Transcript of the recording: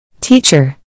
Teacher